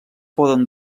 poden